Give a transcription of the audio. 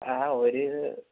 ഒരു